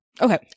Okay